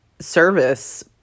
service